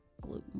gluten